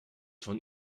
von